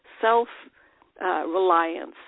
self-reliance